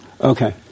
Okay